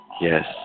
yes